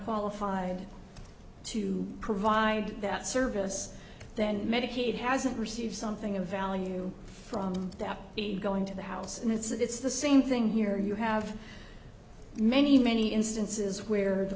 qualified to provide that service then medicaid hasn't received something of value from that going to the house and it's the same thing here you have many many instances where the